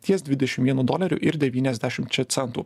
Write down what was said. ties dvidešim vienu doleriu ir devyniasdešimčia centų